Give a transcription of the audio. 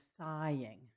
sighing